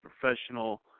professional